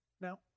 now